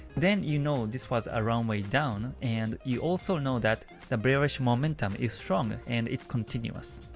then you know this was a runway down and you also know that the bearish momentum is strong ah and it's continuous.